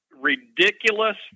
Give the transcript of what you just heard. ridiculous